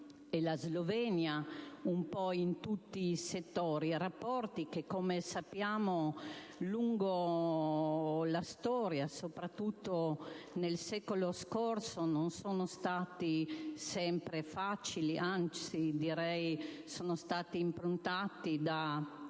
e la Slovenia un po' in tutti i settori, rapporti che, come sappiamo, nel corso della storia, e soprattutto nel secolo scorso, non sono stati sempre facili: anzi, direi che sono stati improntati a